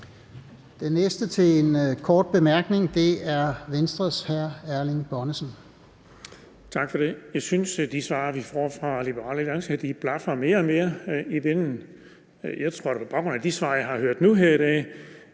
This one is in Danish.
Den næste til en kort bemærkning er Venstres hr. Erling Bonnesen.